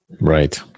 Right